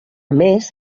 més